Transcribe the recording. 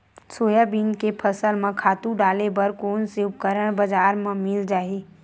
Soybean के फसल म खातु डाले बर कोन से उपकरण बजार म मिल जाहि?